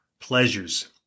pleasures